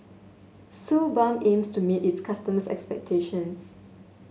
Suu Balm aims to meet its customers' expectations